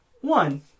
One